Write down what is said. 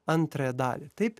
antrąją dalį taip